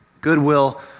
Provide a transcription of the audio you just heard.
goodwill